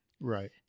Right